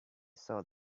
saw